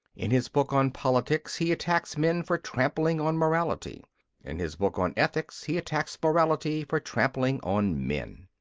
in his book on politics he attacks men for trampling on morality in his book on ethics he attacks morality for trampling on men.